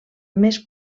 més